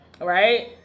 right